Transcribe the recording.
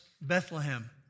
Bethlehem